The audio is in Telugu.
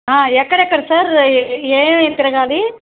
ఎక్కడెక్కడ సార్ ఏమి తిరగాలి